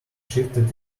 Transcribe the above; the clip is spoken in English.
shifted